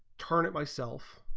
turning myself